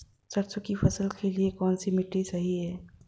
सरसों की फसल के लिए कौनसी मिट्टी सही हैं?